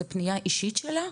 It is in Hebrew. זה פנייה אישית שלה?